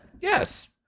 Yes